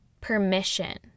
permission